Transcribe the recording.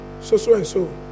so-so-and-so